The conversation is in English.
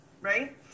right